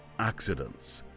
accidents,